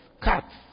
Cuts